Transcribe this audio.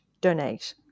donate